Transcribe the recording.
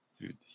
Dude